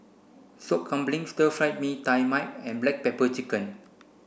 Sop Kambing Stir Fry Mee Tai Mak and black pepper chicken